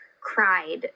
cried